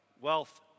wealth